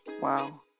Wow